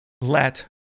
Let